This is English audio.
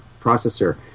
processor